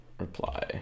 Reply